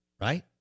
right